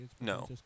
No